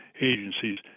agencies